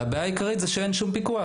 והבעיה העיקרית היא שאין שום פיקוח.